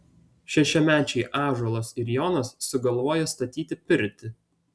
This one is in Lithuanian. šešiamečiai ąžuolas ir jonas sugalvoja statyti pirtį